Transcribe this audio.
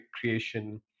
creation